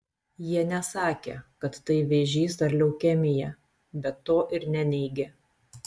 jie nesakė kad tai vėžys ar leukemija bet to ir neneigė